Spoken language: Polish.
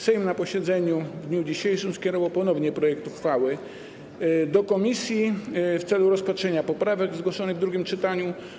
Sejm na posiedzeniu w dniu dzisiejszym skierował ponownie projekt uchwały do komisji w celu rozpatrzenia poprawek zgłoszonych w drugim czytaniu.